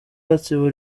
gatsibo